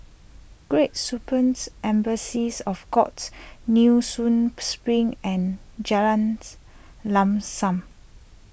Great of God Nee Soon Spring and Jalans Lam Sam